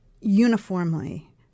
Uniformly